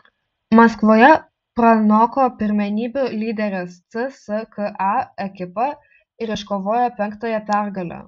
maskvoje pranoko pirmenybių lyderę cska ekipą ir iškovojo penktąją pergalę